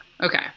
Okay